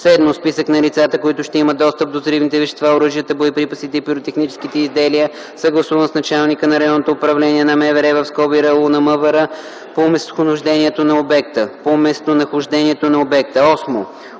7. списък на лицата, които ще имат достъп до взривните вещества, оръжията, боеприпасите и пиротехническите изделия, съгласуван с началника на районното управление на МВР (РУ на МВР) по местонахождението на обекта; 8.